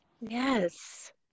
Yes